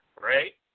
right